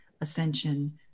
ascension